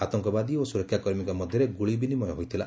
ଆତଙ୍କବାଦୀ ଓ ସୁରକ୍ଷାକର୍ମୀଙ୍କ ମଧ୍ୟରେ ଗୁଳି ବିନିମୟ ହୋଇଥିଲା